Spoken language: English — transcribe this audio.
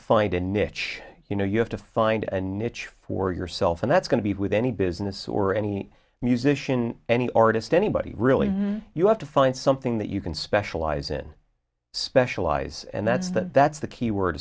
find a niche you know you have to find a niche for yourself and that's going to be with any business or any musician any artist anybody really you have to find something that you can specialize in specialize and that's that that's the keyword